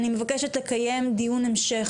אני מבקשת לקיים דיון המשך,